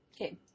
Okay